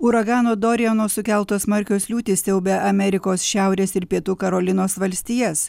uragano doriano sukeltos smarkios liūtys siaubia amerikos šiaurės ir pietų karolinos valstijas